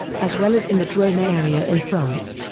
as well as in the drome area in france.